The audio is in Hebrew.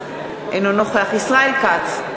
אינו נוכח ישראל כץ,